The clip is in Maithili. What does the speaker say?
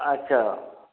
अच्छा